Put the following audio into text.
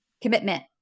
commitment